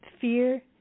Fear